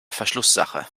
verschlusssache